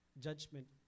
Judgment